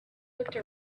looked